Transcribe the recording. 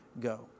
go